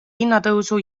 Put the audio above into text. hinnatõusu